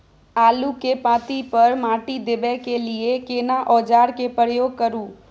आलू के पाँति पर माटी देबै के लिए केना औजार के प्रयोग करू?